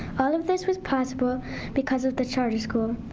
all of this was possible because of the charter school.